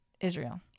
Israel